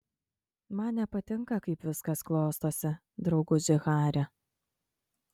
man nepatinka kaip viskas klostosi drauguži hari